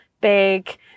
big